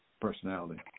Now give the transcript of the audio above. personality